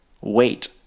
wait